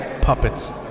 puppets